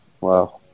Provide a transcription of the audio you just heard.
Wow